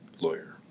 lawyer